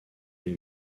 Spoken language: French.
les